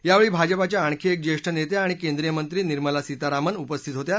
यावेळी भाजपाच्या आणखी एक ज्येष्ठ नेत्या आणि केंद्रीय मंत्री निर्मला सीतारामन उपस्थित होत्या